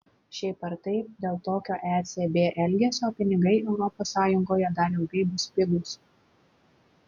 šiaip ar taip dėl tokio ecb elgesio pinigai europos sąjungoje dar ilgai bus pigūs